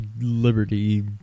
liberty